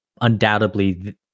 undoubtedly